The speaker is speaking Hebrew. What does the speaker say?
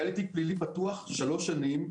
היה לי תיק פלילי פתוח במשך שלוש שנים,